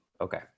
Okay